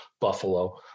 buffalo